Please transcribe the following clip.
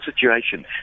situation